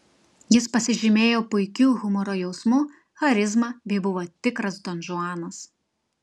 jis pasižymėjo puikiu humoro jausmu charizma bei buvo tikras donžuanas